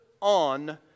on